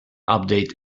update